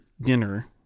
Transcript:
dinner